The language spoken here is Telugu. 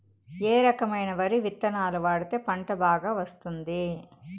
ఏ రకమైన వరి విత్తనాలు వాడితే పంట బాగా వస్తుంది?